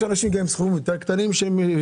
יש אנשים שצריכים לשלם סכומים יותר קטנים שתקועות